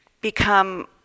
become